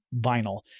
vinyl